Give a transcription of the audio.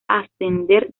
ascender